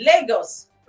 Lagos